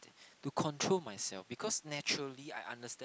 to control myself because naturally I understand